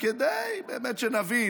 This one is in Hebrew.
כדי שנבין